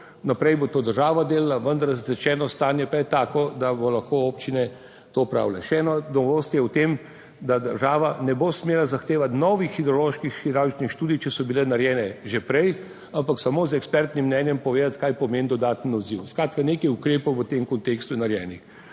naprej bo to država delala, vendar zatečeno stanje pa je tako, da bodo lahko občine to opravile. Še ena novost je v tem, da država ne bo smela zahtevati novih hidroloških hidravličnih študij, če so bile narejene že prej, ampak samo z ekspertnim mnenjem povedati, kaj pomeni dodaten odziv, skratka, nekaj ukrepov v tem kontekstu je narejenih.